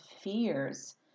fears